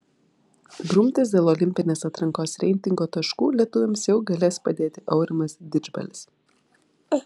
grumtis dėl olimpinės atrankos reitingo taškų lietuviams jau galės padėti aurimas didžbalis